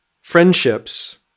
friendships